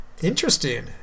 interesting